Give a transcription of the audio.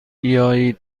بیایید